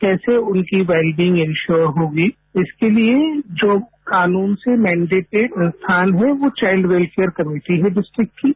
कैसे उनकी well being ensure होगी इसके लिए जो कानून से मेंडेटिड स्थान है यो चाइल्ड वेलफेयर कमेटी ही डिस्ट्रिक्ट थी